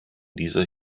dieser